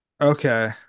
Okay